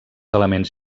elements